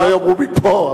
שלא יאמרו מפה,